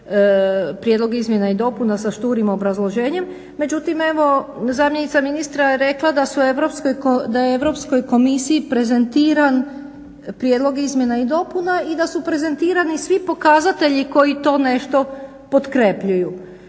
prijedlog izmjena i dopuna sa šturim obrazloženje. Međutim evo zamjenica ministra je rekla da je Europskoj komisiji prezentiran prijedlog izmjena i dopuna i da su prezentirani svi pokazatelji koji to nešto potkrepljuju.